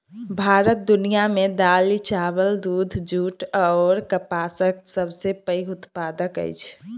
भारत दुनिया मे दालि, चाबल, दूध, जूट अऔर कपासक सबसे पैघ उत्पादक अछि